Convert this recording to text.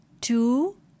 two